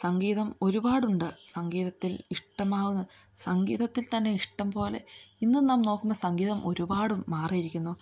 സംഗീതം ഒരുപാടുണ്ട് സംഗീതത്തിൽ ഇഷ്ടമാവുന്ന സംഗീതത്തിൽ തന്നെ ഇഷ്ടം പോലെ ഇന്നു നാം നോക്കുന്ന സംഗീതം ഒരുപാടു മാറിയിരിക്കുന്നു